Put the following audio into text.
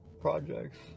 projects